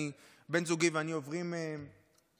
בן זוגי ואני עוברים לגליל,